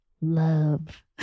love